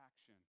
action